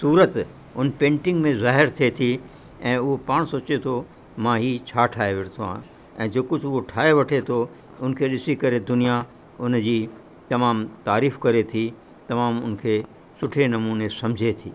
सूरत उन पेंटिंग में ज़ाहिरु थिए थी ऐं उहो पाण सोचे थो मां हीउ छा ठाहे वेठो आहे ऐं जंहिं कुझु उहो ठाहे वठे थो उन खे ॾिसी करे दुनिया उन जी तमामु तारीफ़ु करे थी तमामु उन खे सुठे नमूने सम्झे थी